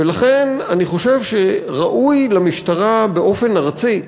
ולכן אני חושב שראוי למשטרה, באופן ארצי,